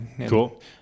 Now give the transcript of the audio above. Cool